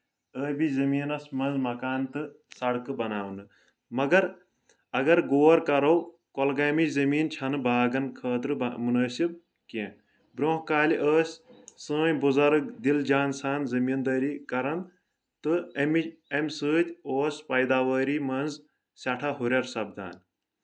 ٲبی زٔمیٖنس منٛز مکانہٕ تہٕ سڑکہٕ بناونہٕ مگر اگرغور کرو کۄلگامی زمیٖن چھنہٕ باغن خٲطرٕ مُنٲسب کینٛہہ برونٛہہ کالہِ ٲس سٲنۍ بُزرگ دِل جان سان زمیٖندٲری کران تہٕ امہِ امہِ سۭتۍ اوس پیداوٲری منٛز سؠٹھاہ ہُریر سپدان